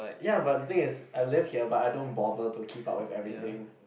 ya but the thing is I live here but I don't bother to keep up with everything